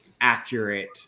accurate